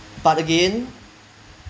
but again